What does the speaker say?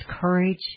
courage